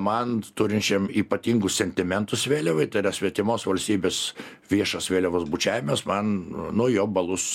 man turinčiam ypatingus sentimentus vėliavai tai yra svetimos valstybės viešas vėliavos bučiavimas man nuo jo balus